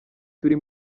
turi